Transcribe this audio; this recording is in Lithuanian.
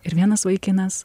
ir vienas vaikinas